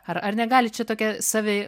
ar ar negali čia tokia save